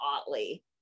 Otley